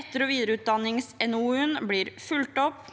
etter- og videreutdanningsNOU-en blir fulgt opp,